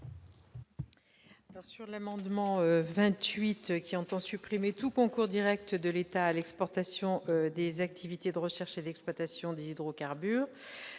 ? L'amendement n° 28 rectifié tend à supprimer tout concours direct de l'État à l'exportation des activités de recherche et d'exploitation des hydrocarbures.